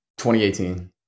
2018